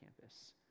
campus